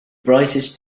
brightest